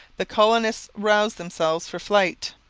the colonists roused themselves for flight.